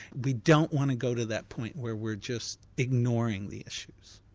we don't want to go to that point where we're just ignoring the issues.